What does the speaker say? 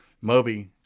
Moby